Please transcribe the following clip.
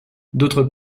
d’autre